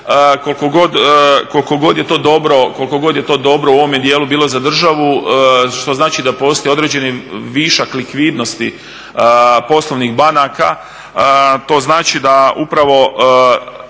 koliko god je to dobro u ovome dijelu bilo za državu, što znači da postoji određeni višak likvidnosti poslovnih banaka, to znači da upravo